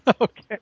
Okay